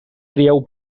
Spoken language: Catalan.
crieu